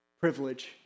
privilege